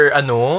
ano